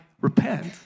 repent